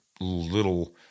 little